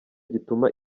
gituma